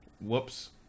Whoops